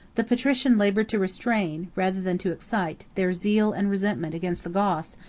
the patrician labored to restrain, rather than to excite, their zeal and resentment against the goths,